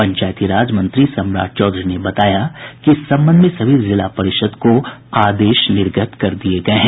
पंचायती राज मंत्री सम्राट चौधरी ने बताया कि इस संबंध में सभी जिला परिषद को आदेश निर्गत कर दिये गये हैं